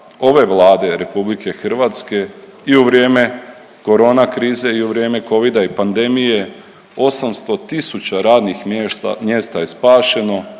ove Vlade RH i u vrijeme korona krize i u vrijeme covida i pandemije 800 tisuća radnih mjesta je spašeno,